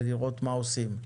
לראות מה עושים.